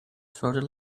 trotted